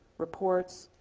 reports,